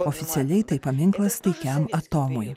oficialiai tai paminklas taikiam atomui